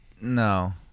No